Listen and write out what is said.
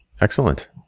Excellent